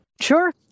Sure